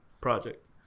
project